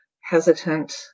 hesitant